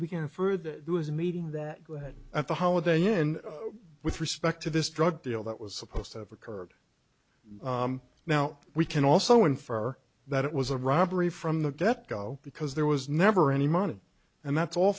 we can infer that there was a meeting that at the holiday inn with respect to this drug deal that was supposed to have occurred now we can also infer that it was a robbery from the debt go because there was never any money and that's all